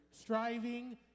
Striving